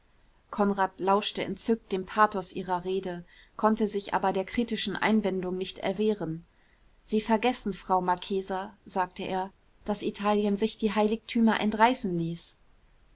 konrad lauschte entzückt dem pathos ihrer rede konnte sich aber der kritischen einwendungen nicht erwehren sie vergessen frau marchesa sagte er daß italien sich die heiligtümer entreißen ließ